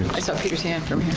i saw peter's hand from